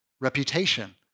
reputation